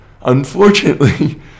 Unfortunately